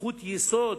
זכות יסוד